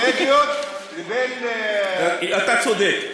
לבין, אתה צודק.